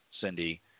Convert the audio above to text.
Cindy